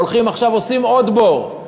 הולכים עכשיו ועושים עוד בור.